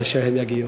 כשהן יגיעו?